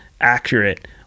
accurate